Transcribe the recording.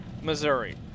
Missouri